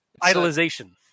Idolization